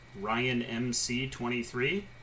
RyanMC23